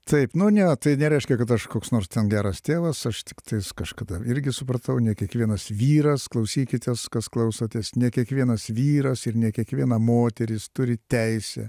taip nu ne tai nereiškia kad aš koks nors ten geras tėvas aš tiktais kažkada irgi supratau ne kiekvienas vyras klausykitės kas klausotės ne kiekvienas vyras ir ne kiekviena moteris turi teisę